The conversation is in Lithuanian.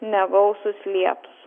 negausūs lietūs